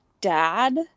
dad